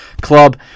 club